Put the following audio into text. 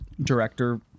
director